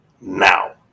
now